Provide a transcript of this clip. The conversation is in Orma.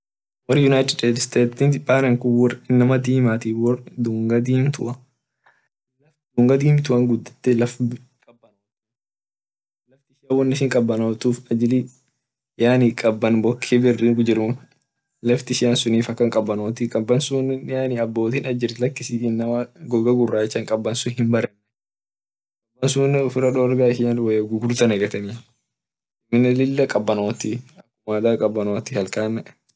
Wor united state wor dunga dimtua dunga dimtu tun laf lila kabanot kaban boke biri jira laft ishian sunnif ak kabonotu kaban sunne inama ach jir lakis inama goga guracha hindadeyu inama ishia woya gugurda neketaa amine lila kabanoti halkanne wor united state wor inama dimati wor dunga dimtua ajili kabonotu ajiri boke biria laft ishian sunnif akan kabonot amine inama ach jir lakis inama dibi kaban sunn hindadoo amine woya gugurda yeketeni.